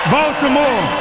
Baltimore